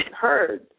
heard